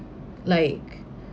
like